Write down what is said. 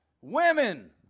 Women